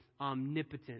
omnipotent